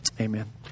amen